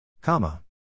comma